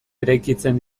eraikitzen